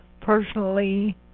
personally